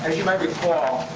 you might recall,